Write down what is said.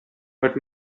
but